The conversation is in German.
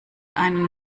einen